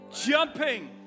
Jumping